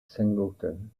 singleton